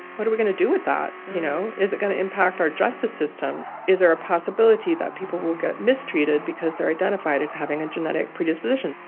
what are we going to do with that? you know, is it going to impact our justice system? is there a possibility that people will get mistreated because they're identified as having a genetic predisposition?